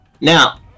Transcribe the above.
Now